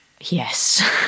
yes